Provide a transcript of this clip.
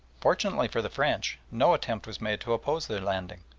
fortunately for the french, no attempt was made to oppose their landing,